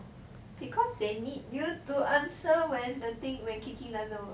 because they need you to answer when the thing when kicking doesn't work